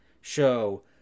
Show